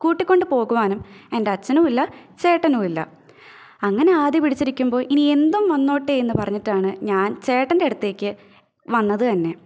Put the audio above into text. കൂട്ടിക്കൊണ്ട് പോകുവാനും എന്റെ അച്ഛനുവില്ല ചേട്ടനുവില്ല അങ്ങനെ ആദി പിടിച്ചിരിക്കുമ്പോൾ ഇനി എന്തും വന്നോട്ടേയെന്ന് പറഞ്ഞിട്ടാണ് ഞാന് ചേട്ടന്റെയടുത്തേക്ക് വന്നത് തന്നെ